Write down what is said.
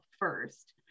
First